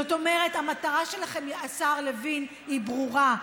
זאת אומרת, המטרה שלכם, השר לוין, היא ברורה.